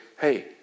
hey